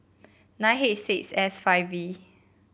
nine H six S five V